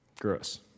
Gross